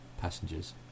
passengers